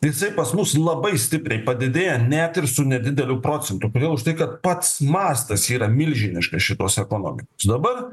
jisai pas mus labai stipriai padidėja net ir su nedideliu procentu kodėl už tai kad pats mastas yra milžiniška šitos ekonomikos dabar